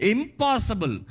Impossible